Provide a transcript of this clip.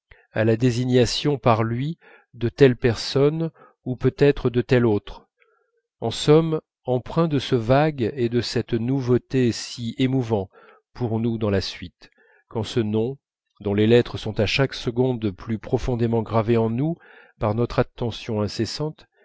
à la désignation par lui de telle personne ou peut-être de telle autre en somme empreint de ce vague et de cette nouveauté si émouvants pour nous dans la suite quand ce nom dont les lettres sont à chaque seconde plus profondément gravées en nous par notre attention incessante